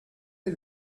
est